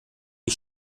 wie